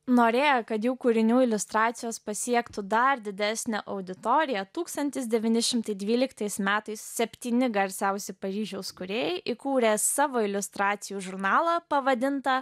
norėjo kad jų kūrinių iliustracijos pasiektų dar didesnę auditoriją tūkstantis devyni šimtai dvyliktais metais septyni garsiausi paryžiaus kūrėjai įkūrė savo iliustracijų žurnalą pavadintą